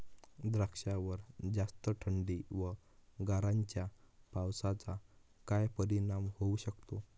द्राक्षावर जास्त थंडी व गारांच्या पावसाचा काय परिणाम होऊ शकतो?